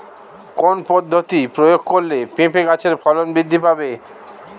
কোন পদ্ধতি প্রয়োগ করলে পেঁপে গাছের ফলন বৃদ্ধি পাবে?